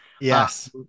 Yes